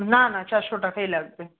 না না চারশো টাকাই লাগবে